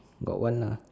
got one lah